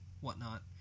whatnot